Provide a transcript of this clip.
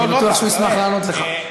אני בטוח שהוא ישמח לענות לך.